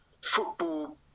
football